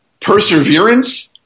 perseverance